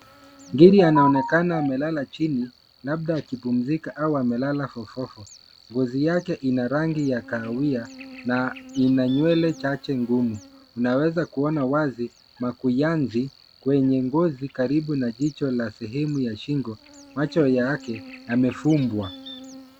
Ngiri anaonekana amelala chini, labda akipumzika au amelala fofofo, ngozi yake ina rangi ya kahawia na ina nywele chache ngumu. Unaweza kuona wazi, makuyanzi kwenye ngozi karibu na jicho la sehemu ya shingo, macho yake yamefumbwa.